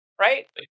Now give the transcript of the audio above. right